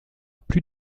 plus